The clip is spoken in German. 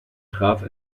traf